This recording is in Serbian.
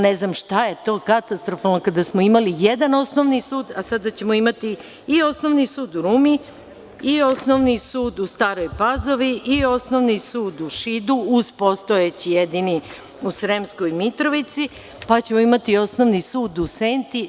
Ne znam šta je to katastrofalno kada smo imali jedan osnovni sud, a sada ćemo imati i osnovni sud u Rumi i osnovni sud u Staroj Pazovi i osnovni sud u Šidu, uz postojeći jedini u Sremskoj Mitrovici, pa ćemo imati osnovni sud u Senti.